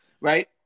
right